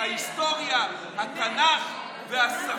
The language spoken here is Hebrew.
אם